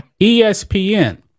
ESPN